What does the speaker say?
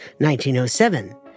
1907